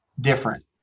different